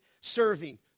serving